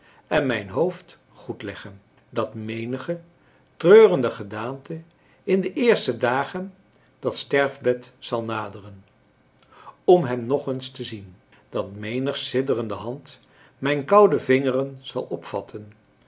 en mijn hoofd goed leggen dat menige treurende gedaante in de eerste dagen dat sterfbed zal naderen om hem nog eens te zien dat menig sidderende hand mijne koude vingeren zal opvatten